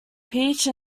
peach